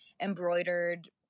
embroidered